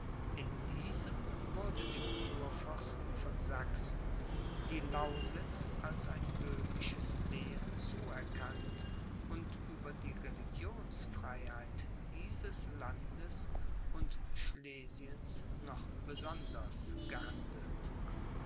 in diesem wurde dem kurfürsten von sachsen die lausitz als ein böhmisches lehen zuerkannt und über die religionsfreiheit dieses landes und schlesiens noch besonders gehandelt